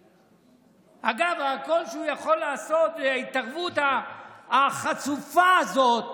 אגב, הכול שהוא יכול לעשות, ההתערבות החצופה הזאת